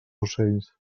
ocells